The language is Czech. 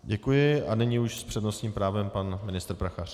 Děkuji a nyní už s přednostním právem pan ministr Prachař.